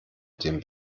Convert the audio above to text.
den